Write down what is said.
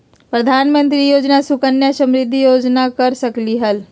प्रधानमंत्री योजना सुकन्या समृद्धि योजना कर सकलीहल?